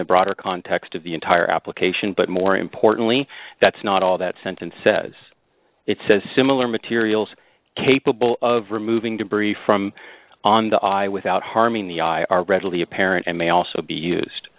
the broader context of the entire application but more importantly that's not all that sentence says it says similar materials capable of removing debris from on the i without harming the eye are readily apparent and may also be used